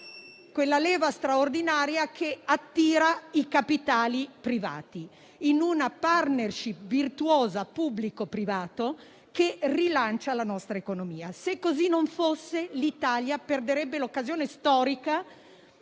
una leva straordinaria che attira i capitali privati in una *partnership* virtuosa pubblico-privato che rilanci la nostra economia. Se così non fosse, l'Italia perderebbe l'occasione storica